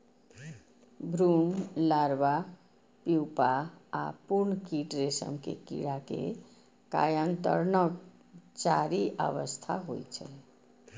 भ्रूण, larva, pupa आ पूर्ण कीट रेशम के कीड़ा के कायांतरणक चारि अवस्था होइ छै